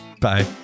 Bye